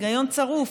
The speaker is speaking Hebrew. היגיון צרוף.